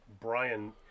brian